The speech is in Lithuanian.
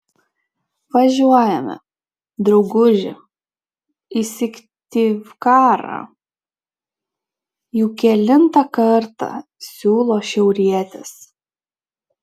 važiuojame drauguži į syktyvkarą jau kelintą kartą siūlo šiaurietis